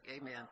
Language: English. amen